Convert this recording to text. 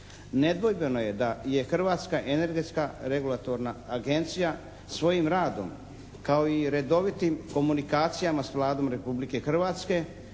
Nedvojbeno je da je Hrvatska energetska regulatorna agencija svojim radom kao i redovitim komunikacijama s Vladom Republike Hrvatske,